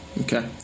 Okay